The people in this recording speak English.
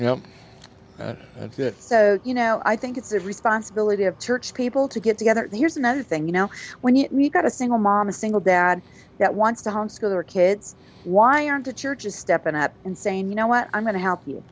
that so you know i think it's a responsibility of church people to get together here's another thing you know when you've got a single mom a single dad that wants to homeschool their kids why aren't the churches stepping up and saying you know what i'm going to help you